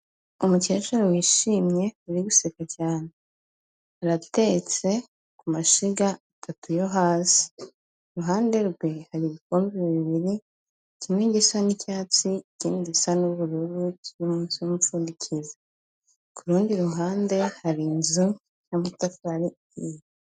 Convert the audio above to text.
Umukecuru wishimye uri guseka cyane, aratetse kumashyiga atatu yo hasi, iruhande rwe hari ibikombe bibiri kimwe gisa n'icyatsi ikindi gisa n'ubururu kiri munsi y'umupfundikizo ku rundi ruhande hari inzu y'amatafari ahiye.